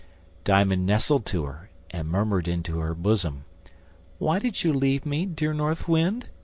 diamond nestled to her, and murmured into her bosom why did you leave me, dear north wind?